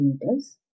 meters